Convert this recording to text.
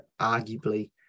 Arguably